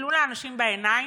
תסתכלו לאנשים בעיניים,